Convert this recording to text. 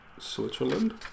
Switzerland